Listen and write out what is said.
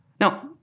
Now